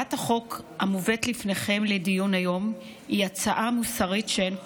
הצעת החוק המובאת לפניכם לדיון היום היא הצעה מוסרית שאין כמוה.